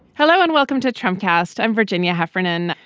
hello and welcome to trump cast. i'm virginia heffernan.